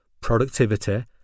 productivity